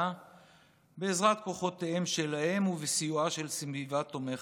בעזרת כוחותיהם שלהם ובסיועה של סביבה תומכת.